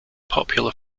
popular